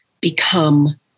become